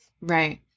Right